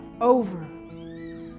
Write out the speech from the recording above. over